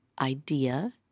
idea